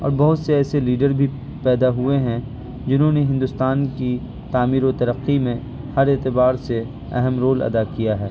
اور بہت سے ایسے لیڈر بھی پیدا ہوئے ہیں جہنوں نے ہندوستان کی تعمیر و ترقی میں ہر اعتبار سے اہم رول ادا کیا ہے